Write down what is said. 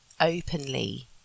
openly